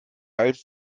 als